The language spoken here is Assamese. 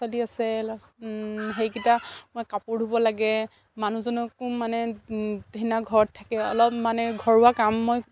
ল'ৰা ছোৱালী আছে ল সেইকেইটা মই কাপোৰ ধুব লাগে মানুহজনকো মানে সেইদিনা ঘৰত থাকে অলপ মানে ঘৰুৱা কাম মই